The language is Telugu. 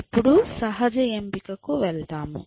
ఇప్పుడు సహజ ఎంపికకు వెళ్తాము